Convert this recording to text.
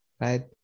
right